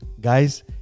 Guys